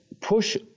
push